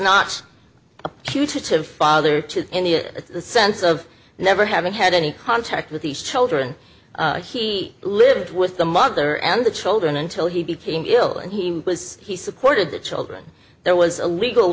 putative father to in the sense of never having had any contact with these children he lived with the mother and the children until he became ill and he was he supported the children there was a legal